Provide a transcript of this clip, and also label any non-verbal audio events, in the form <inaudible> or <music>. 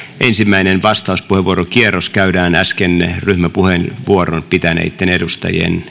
ensimmäinen vastauspuheenvuorokierros käydään ryhmäpuheenvuoron äsken pitäneitten edustajien <unintelligible>